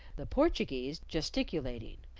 the portuguese gesticulating,